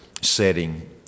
setting